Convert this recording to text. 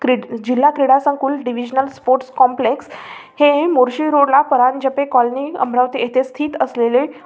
क्रीड जिल्हा क्रिडासंकुल डव्हिजनल स्पोर्ट्स कॉम्प्लेक्स हे मोर्शी रोडला परांजपे कॉलनी अमरावती येथे स्थित असलेले